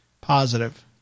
positive